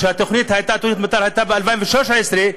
תוכנית המתאר הייתה ב-2003,